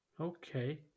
Okay